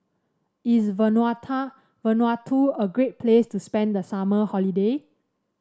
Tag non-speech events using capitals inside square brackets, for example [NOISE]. is [UNINTELLIGIBLE] Vanuatu a great place to spend the summer holiday